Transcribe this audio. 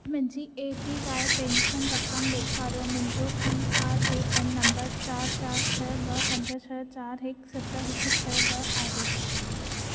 मुंहिंजी APY pension रक़म ॾेखारियो मुंहिंजो पीआरऐएन नंबरु चारि चारि छह ब॒ पंज छह चारि हिकु सत हिकु छह ब॒ आहे